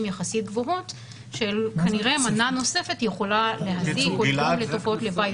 יחסית גבוהות שכנראה מנה נוספת יכולה להזיק או לגרום לתופעות לוואי.